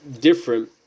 different